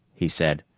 he said.